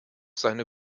seine